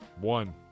One